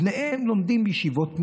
בניהם לומדים בישיבות מיר,